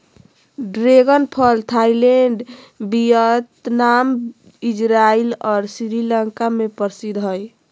dragon फल Thailand Vietnam, Israel और श्रीलंका में प्रसिद्ध हइ